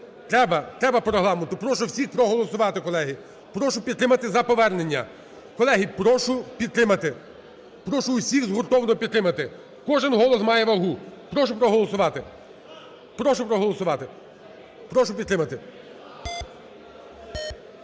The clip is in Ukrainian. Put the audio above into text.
треба по Регламенту. Прошу всіх проголосувати, колеги. Прошу підтримати за повернення. Колеги, прошу підтримати. Прошу всіх згуртовано підтримати, кожен голос має вагу. Прошу проголосувати. Прошу проголосувати, прошу підтримати.